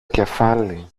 κεφάλι